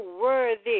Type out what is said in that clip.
worthy